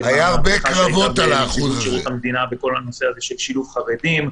מהמהפכה שקרתה בנציבות שירות המדינה בכל הנושא של שילוב חרדים,